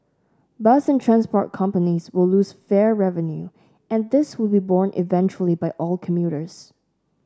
bus and transport companies will lose fare revenue and this will be borne eventually by all commuters